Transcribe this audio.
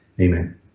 amen